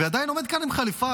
ועדיין עומד כאן עם חליפה,